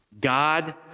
God